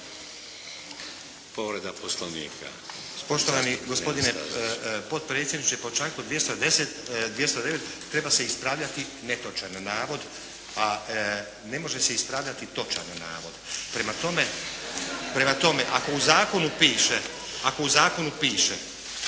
Nenad (SDP)** Poštovani gospodine potpredsjedniče, po članku 209. treba se ispravljati netočan navod, a ne može se ispravljati točan navod. Prema tome, ako u zakonu piše da se